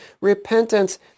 Repentance